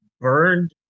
burned